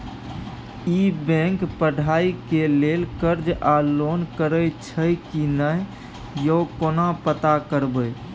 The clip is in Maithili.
ई बैंक पढ़ाई के लेल कर्ज आ लोन करैछई की नय, यो केना पता करबै?